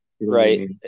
Right